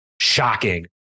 shocking